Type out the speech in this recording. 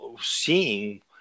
seeing